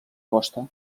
costa